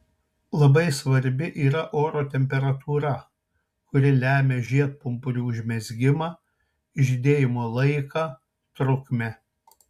labai svarbi yra oro temperatūra kuri lemia žiedpumpurių užmezgimą žydėjimo laiką trukmę